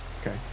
Okay